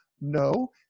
No